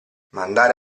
mandare